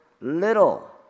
little